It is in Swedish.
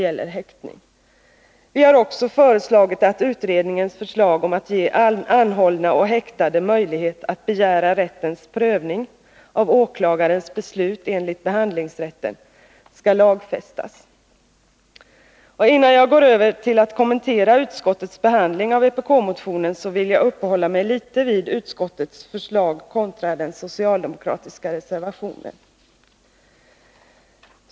Vi har också föreslagit att utredningens förslag om att ge anhållna och häktade möjlighet att begära rättens prövning av åklagarens beslut enligt behandlingsrätten skall lagfästas. Innan jag går över till att kommentera utskottets behandling av vpk-motionen vill jag uppehålla mig litet vid utskottets förslag kontra den socialdemokratiska reservationen.